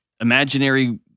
imaginary